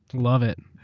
love it.